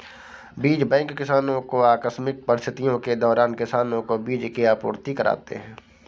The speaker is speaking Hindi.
बीज बैंक किसानो को आकस्मिक परिस्थितियों के दौरान किसानो को बीज की आपूर्ति कराते है